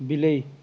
ବିଲେଇ